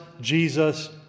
Jesus